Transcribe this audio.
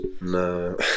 no